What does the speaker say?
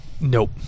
Nope